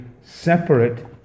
separate